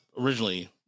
originally